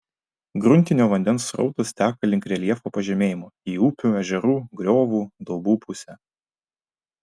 gruntinio vandens srautas teka link reljefo pažemėjimų į upių ežerų griovų daubų pusę